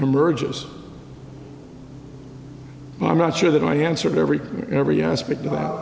emerges i'm not sure that i answered every every aspect about